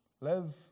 Live